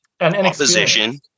opposition